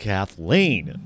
Kathleen